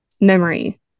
memory